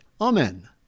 Amen